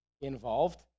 involved